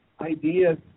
ideas